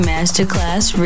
Masterclass